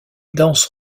danse